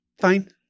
fine